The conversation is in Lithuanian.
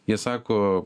jie sako